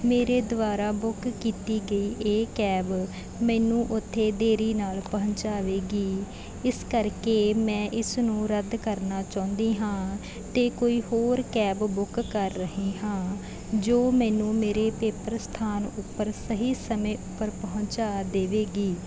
ਮੇਰੇ ਦੁਆਰਾ ਬੁੱਕ ਕੀਤੀ ਗਈ ਇਹ ਕੈਬ ਮੈਨੂੰ ਉੱਥੇ ਦੇਰੀ ਨਾਲ ਪਹੁੰਚਾਵੇਗੀ ਇਸ ਕਰਕੇ ਮੈਂ ਇਸ ਨੂੰ ਰੱਦ ਕਰਨਾ ਚਾਹੁੰਦੀ ਹਾਂ ਅਤੇ ਕੋਈ ਹੋਰ ਕੈਬ ਬੁੱਕ ਕਰ ਰਹੀ ਹਾਂ ਜੋ ਮੈਨੂੰ ਮੇਰੇ ਪੇਪਰ ਸਥਾਨ ਉੱਪਰ ਸਹੀ ਸਮੇਂ ਉੱਪਰ ਪਹੁੰਚਾ ਦੇਵੇਗੀ